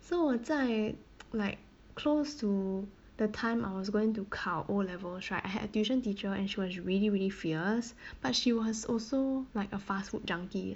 so 我在 like close to the time I was going to 考 O-levels right had a tuition teacher and she was really really fierce but she was also like a fast food junkie